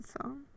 song